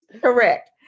correct